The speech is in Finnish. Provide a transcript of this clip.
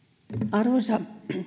arvoisa